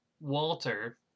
Walter